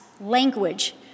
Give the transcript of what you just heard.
language